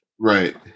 Right